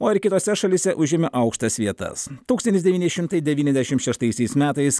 o ir kitose šalyse užėmė aukštas vietas tūkstantis devyni šimtai devyniasdešimt šeštaisiais metais